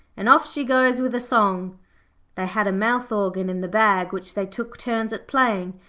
an' off she goes with a song they had a mouth-organ in the bag which they took turns at playing,